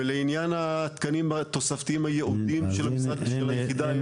ולעניין התקנים התוספתיים הייעודיים של המשרד ושל היחידה הימית,